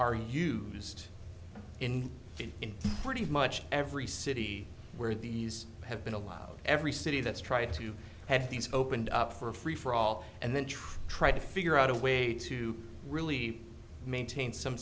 are used in in pretty much every city where these have been allowed every city that's tried to have these opened up for a free for all and then try to figure out a way to really maintain some